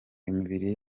imibiri